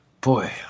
boy